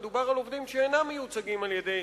מדובר על עובדים שאינם מיוצגים על-ידי